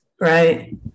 Right